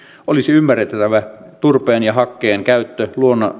olisi ymmärrettävä turpeen ja hakkeen käyttö